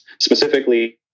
specifically